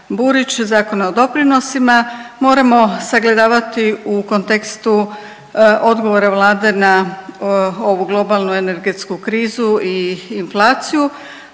Burić Zakona o doprinosima moramo sagledavati u kontekstu odgovora Vlade na ovu globalnu energetsku krizu i inflaciju.